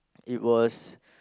it was